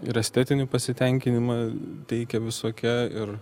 ir estetinį pasitenkinimą teikia visokia ir